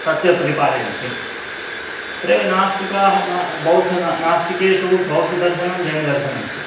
तत् ते प्रतिपादयन्ति तत्रैव नास्तिकाः न बौद्धः न नास्तिकेषु बौद्धदर्शनं जैनदर्शनमिति